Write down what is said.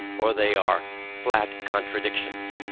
or they are flat contradictions.